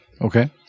Okay